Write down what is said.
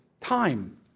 time